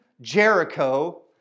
Jericho